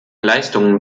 leistungen